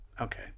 Okay